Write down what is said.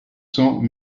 cent